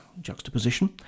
juxtaposition